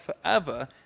forever